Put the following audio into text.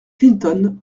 clinton